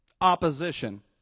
opposition